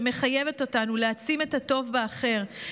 שמחייבת אותנו להעצים את הטוב באחר,